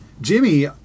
Jimmy